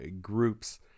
groups